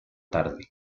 tarde